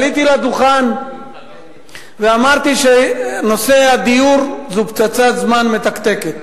עליתי לדוכן ואמרתי שנושא הדיור זה פצצת זמן מתקתקת.